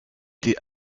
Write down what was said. été